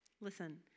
Listen